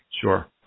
Sure